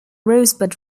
rosebud